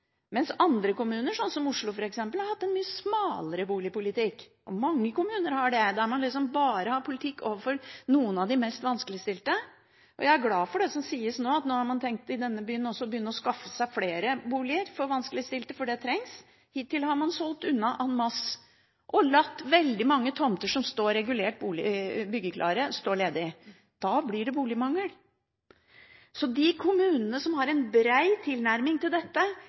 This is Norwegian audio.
mens andre kommuner, som Oslo f.eks., har hatt en mye smalere boligpolitikk. Mange kommuner har det, man har en politikk bare overfor noen av de mest vanskeligstilte. Jeg er glad for det som sies nå, at nå har man også i denne byen tenkt å begynne å skaffe seg flere boliger for vanskeligstilte, for det trengs. Hittil har man solgt unna en masse og latt veldig mange regulerte tomter, som er byggeklare, stå ledige. Da blir det boligmangel. Så de kommunene som har en bred tilnærming til dette,